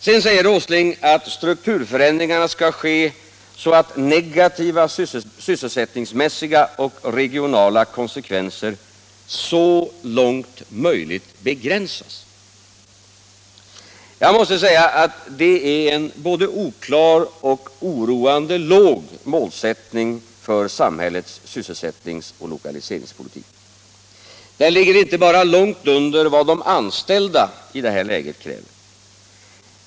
Sedan förklarar herr Åsling att strukturförändringarna skall ske så, att negativa sysselsättningsmässiga och regionala konsekvenser ”så långt möjligt begränsas”. Jag måste säga att detta är en både oklar och oroande låg målsättning för samhällets sysselsättnings och lokaliseringspolitik. Den ligger inte bara långt under vad de anställda i det här läget kräver av samhället.